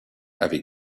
avec